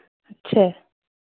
अच्छे